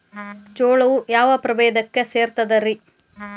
ಜೋಳವು ಯಾವ ಪ್ರಭೇದಕ್ಕ ಸೇರ್ತದ ರೇ?